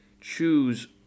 choose